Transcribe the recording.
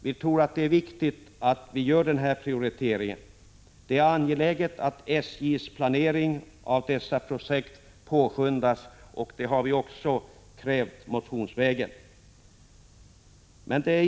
Vi tror att det är viktigt att man gör denna prioritering. Det är angeläget att SJ:s planering av dessa projekt påskyndas. Det har vi också krävt motionsvägen.